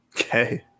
Okay